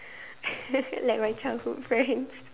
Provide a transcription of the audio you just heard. like my childhood friend